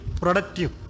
productive